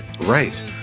right